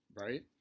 Right